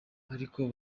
ariko